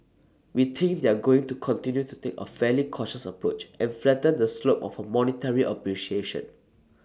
we think they're going to continue to take A fairly cautious approach and flatten the slope of A monetary appreciation